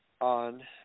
On